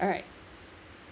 alright